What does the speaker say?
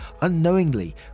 unknowingly